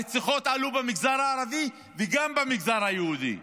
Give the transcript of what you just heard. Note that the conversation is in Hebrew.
הרציחות עלו גם במגזר הערבי וגם במגזר היהודי,